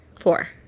Four